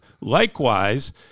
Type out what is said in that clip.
Likewise